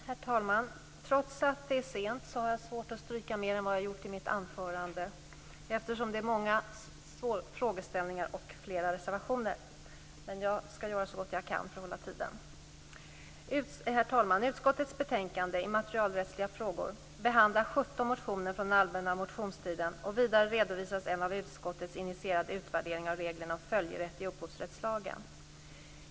Herr talman! Trots att det är sent har jag svårt att stryka mer än vad jag har gjort i mitt anförande, eftersom det är många frågeställningar och flera reservationer. Jag skall dock göra så gott jag kan för att hålla tiden. Herr talman! Utskottets betänkande Immaterialrättsliga frågor behandlar 17 motioner från den allmänna motionstiden. Vidare redovisas en av utskottet initierad utvärdering av reglerna om följerätt i upphovsrättslagen.